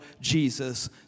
Jesus